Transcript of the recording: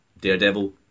Daredevil